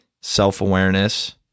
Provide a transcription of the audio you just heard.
self-awareness